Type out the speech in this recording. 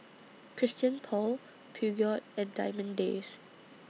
Christian Paul Peugeot and Diamond Days